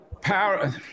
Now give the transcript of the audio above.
power